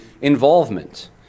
involvement